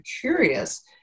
curious